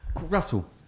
Russell